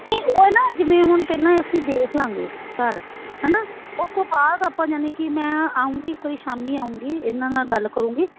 ਨਹੀਂ ਉਹ ਨਾ ਜਿਵੇਂ ਹੁਣ ਪਹਿਲਾਂ ਅਸੀਂ ਦੇਖ ਲਾਂਗੇ ਘਰ ਹੈ ਨਾ ਉਸ ਤੋਂ ਬਾਅਦ ਆਪਾਂ ਯਾਨੀ ਕਿ ਮੈਂ ਆਵਾਂਗੀ ਕੋਈ ਸ਼ਾਮੀ ਆਵਾਂਗੀ ਇਹਨਾਂ ਨਾਲ ਗੱਲ ਕਰੂੰਗੀ